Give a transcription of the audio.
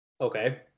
okay